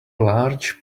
large